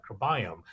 microbiome